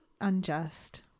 unjust